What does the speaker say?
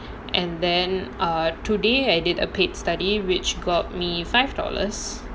and then ah today I did a paid study which got me five dollars